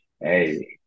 hey